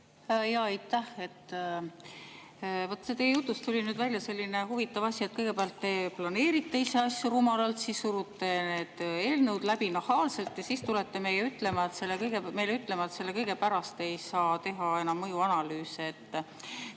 Aitäh! Teie jutust tuli nüüd välja huvitav asi, et kõigepealt te planeerite ise asju rumalalt, surute eelnõud läbi nahaalselt ja siis tulete meile ütlema, et selle kõige pärast ei saa teha enam mõjuanalüüsi.